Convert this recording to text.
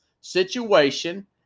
situation